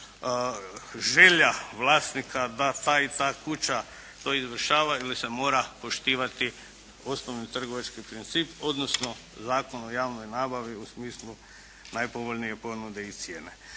želja vlasnika da ta i ta kuća to izvršava ili se mora poštivati osnovni trgovački princip, odnosno Zakon o javnoj nabavi u smislu najpovoljnije ponude i cijene.